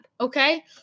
okay